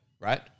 Right